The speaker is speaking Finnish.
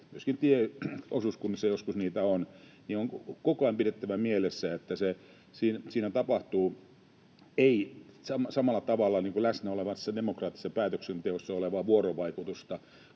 myöskin tieosuuskunnissa joskus niitä on — niin on koko ajan pidettävä mielessä, että siinä tapahtuu ei samalla tavalla kuin läsnä olevassa demokraattisessa päätöksenteossa olevaa vuorovaikutusta,